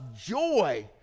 joy